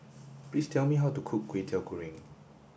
please tell me how to cook Kwetiau Goreng